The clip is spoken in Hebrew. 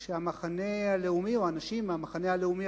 של המחנה הלאומי או של אנשים מהמחנה הלאומי